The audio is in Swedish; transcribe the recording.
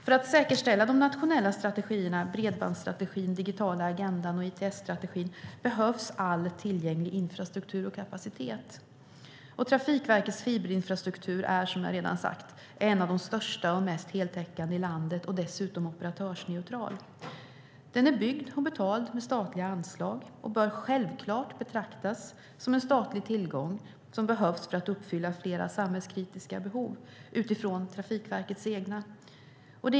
För att säkerställa de nationella strategierna, bredbandsstrategin, digitala agendan och ITS-strategin, behövs all tillgänglig infrastruktur och kapacitet. Trafikverkets fiberinfrastruktur är som sagt en av de största och mest heltäckande i landet och dessutom operatörsneutral. Den är byggd och betald med statliga anslag och bör självklart betraktas som en statlig tillgång som behövs för att uppfylla flera samhällskritiska behov utifrån Trafikverkets egna.